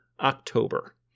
October